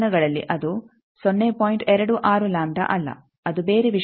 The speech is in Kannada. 26 ಲಾಂಬ್ಡಾ ಅಲ್ಲ ಅದು ಬೇರೆ ವಿಷಯವಾಗಿದೆ